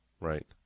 Right